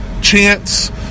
chance